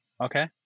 Okay